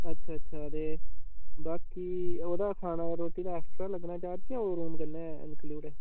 अच्छा अच्छा ते बाकी ओह्दा खाना रोट्टी दा ऐक्स्ट्रा लग्गना चार्ज जां ओह् रूम कन्नै इंक्लूड ऐ